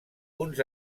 uns